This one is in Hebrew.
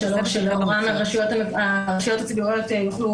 ירצו לדוור, הם יוכלו